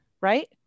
right